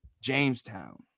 Jamestown